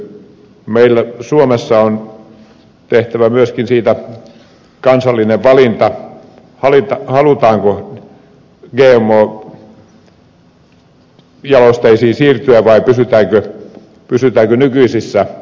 meillä suomessa on tehtävä myöskin siitä kansallinen valinta halutaanko gmo jalosteisiin siirtyä vai pysytäänkö nykyisissä